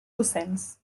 docents